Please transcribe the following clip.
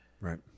right